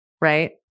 right